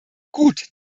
gut